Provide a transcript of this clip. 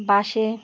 বাসে